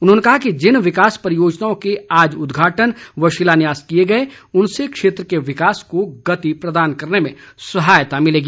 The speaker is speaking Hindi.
उन्होंने कहा कि जिन विकास परियोजनाओं के आज उदघाटन व शिलान्यास किए गए उनसे क्षेत्र के विकास को गति प्रदान करने में सहायता मिलेगी